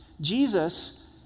Jesus